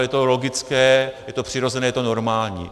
Je to logické, je to přirozené, je to normální.